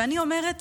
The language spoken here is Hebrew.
ואני אומרת: